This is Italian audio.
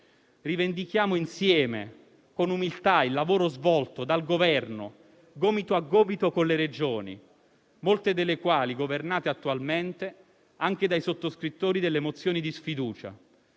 Rivendichiamo insieme, con umiltà, il lavoro svolto dal Governo, gomito a gomito con le Regioni, molte delle quali governate attualmente anche dai sottoscrittori delle mozioni di sfiducia.